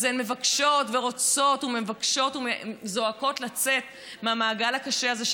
אז הן מבקשות ורוצות וזועקות לצאת מהמעגל הקשה הזה,